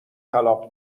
طلاق